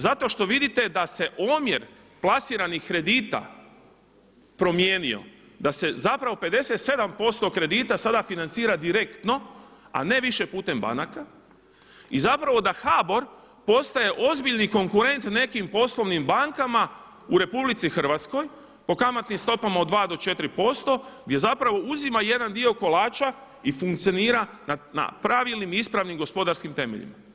Zato što vidite da se omjer plasiranih kredita promijenio, da se 57% kredita sada financira direktno, a ne više putem banaka i da HBOR postaje ozbiljni konkurent nekim poslovnim bankama u RH po kamatnim stopama od 2 do 4% gdje uzima jedan dio kolača i funkcionira na pravilnim i ispravnim gospodarskim temeljima.